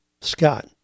Scott